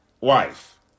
wife